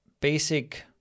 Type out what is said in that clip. basic